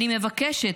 אני מבקשת,